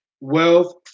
wealth